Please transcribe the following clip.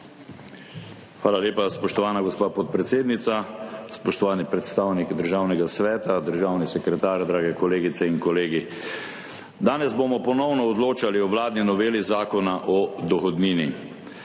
Hvala lepa, spoštovana gospa podpredsednica. Spoštovani predstavnik Državnega sveta, državni sekretar, drage kolegice in kolegi! Danes bomo ponovno odločali o vladni noveli Zakona o dohodnini.